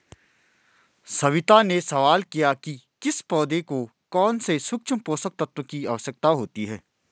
सविता ने सवाल किया कि किस पौधे को कौन से सूक्ष्म पोषक तत्व की आवश्यकता होती है